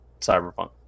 cyberpunk